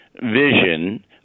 vision